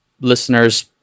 listener's